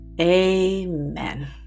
amen